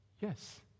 Yes